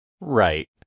Right